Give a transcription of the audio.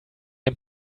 dem